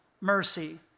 mercy